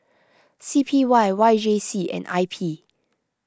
C P Y Y J C and I P